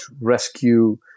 rescue